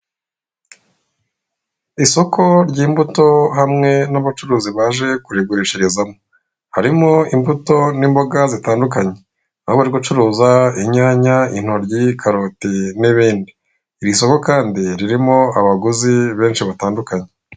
Isoko ry'imbuto hamwe n'abacuruzi baje kurigurishirizamo. Harimo imbuto n'imboga zitandukanye. Aho bari gucuruza inyanya, intoryi, karoti, n'ibindi. Iri soko kandi ririmo abaguzi benshi batandukanye.